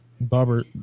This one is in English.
barber